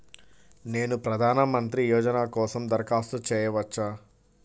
నేను ప్రధాన మంత్రి యోజన కోసం దరఖాస్తు చేయవచ్చా?